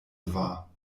war